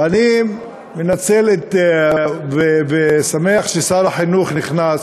ואני מנצל, ושמח ששר החינוך נכנס,